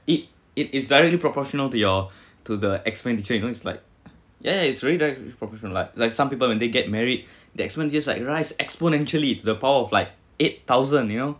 it it is directly proportional to your to the expenditure you know it's like ya ya it's very direct proportional like like some people when they get married their expenditures like rise exponentially the power of like eight thousand you know